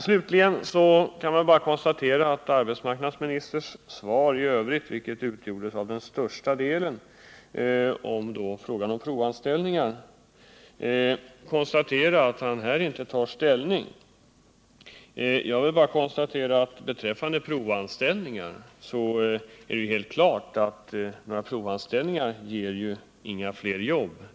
Slutligen kan man bara konstatera att arbetsmarknadsministern i sitt svar i övrigt, som till största delen upptogs av frågan om provanställningar, inte tar någon ställning på den punkten. Det är helt klart att provanställningar inte ger några fler jobb.